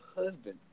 husband